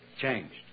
Changed